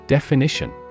Definition